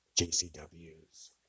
JCWs